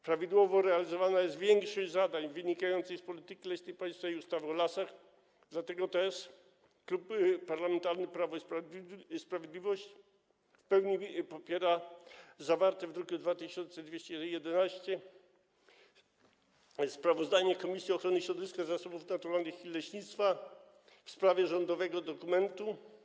Prawidłowo realizowana jest większość zadań wynikających z polityki leśnej państwa i ustawy o lasach, dlatego też Klub Parlamentarny Prawo i Sprawiedliwość w pełni popiera zawarte w druku nr 2211 sprawozdanie Komisji Ochrony Środowiska, Zasobów Naturalnych i Leśnictwa w sprawie rządowego dokumentu: